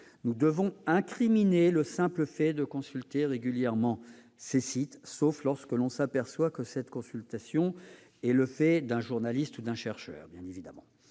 nous devons punir le simple fait de consulter régulièrement ces sites, sauf lorsque l'on s'aperçoit que cette consultation est le fait d'un journaliste, d'un chercheur. Le dispositif